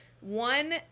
One